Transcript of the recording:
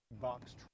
box